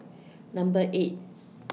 Number eight